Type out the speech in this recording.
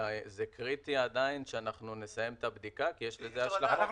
זה עדיין קריטי שנסיים את הבדיקה כי יש לזה השלכה.